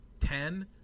ten